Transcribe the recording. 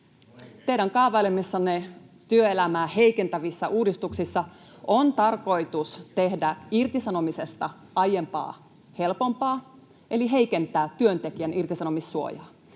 Teidän kaavailemissanne työelämää heikentävissä uudistuksissa on tarkoitus tehdä irtisanomisesta aiempaa helpompaa eli heikentää työntekijän irtisanomissuojaa.